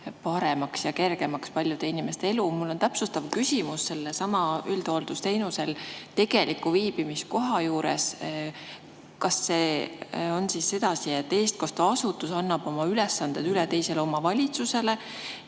paremaks ja kergemaks paljude inimeste elu. Mul on täpsustav küsimus üldhooldusteenusel [asuva inimese] tegeliku viibimiskoha kohta. Kas see on siis sedasi, et eestkosteasutus annab oma ülesanded üle teisele omavalitsusele?